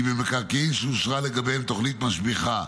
כי במקרקעין שאושרה לגבי תוכנית משביחה,